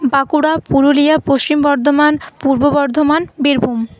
Bankura Purulia Paschim Bardhaman Purba Bardhaman Birbhum